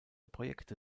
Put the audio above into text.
projekte